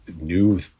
new